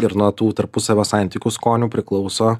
ir nuo tų tarpusavio santykių skonių priklauso